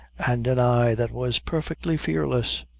and an eye that was perfectly fearless.